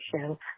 show